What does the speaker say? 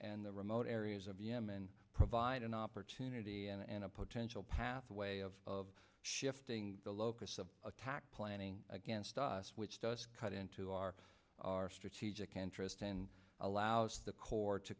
and the remote areas of yemen provide an opportunity and a potential pathway of shifting the locus of attack planning against us which does cut into our our strategic interests and allows the court to